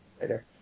later